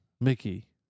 Mickey